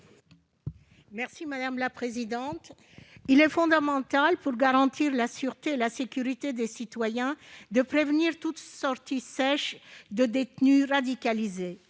est à Mme Esther Benbassa. Il est fondamental, pour garantir la sûreté et la sécurité des citoyens, de prévenir toute sortie sèche de détenus radicalisés.